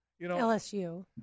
LSU